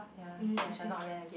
ya ya shall not rant again